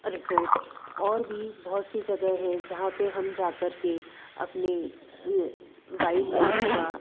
resort और भी बहुत सी जगह हैं जहाँ पर हम जा कर के अपनी वाइल्डलाइफ़ का